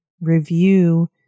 review